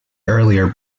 earlier